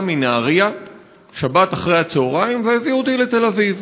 מנהריה בשבת אחרי הצהריים והביא אותי לתל-אביב.